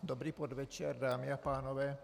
Dobrý podvečer, dámy a pánové.